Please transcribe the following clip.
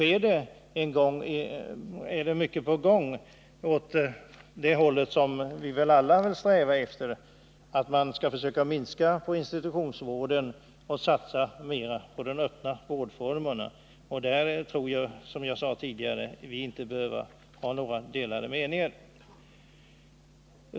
Det är mycket på gång i den riktning som vi väl alla strävar mot, dvs. att försöka minska på institutionsvården och satsa mer på de öppna vårdformerna. På den punkten tror jag, som jag sade tidigare, att vi inte behöver ha några delade meningar.